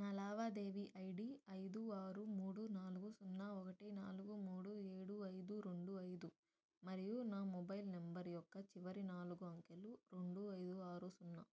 నా లావాదేవీ ఐడి ఐదు ఆరు మూడు నాలుగు సున్నా ఒకటి నాలుగు మూడు ఏడు ఐదు రెండు ఐదు మరియు నా మొబైల్ నెంబర్ యొక్క చివరి నాలుగు అంకెలు రెండు ఐదు ఆరు సున్నా